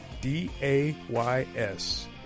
D-A-Y-S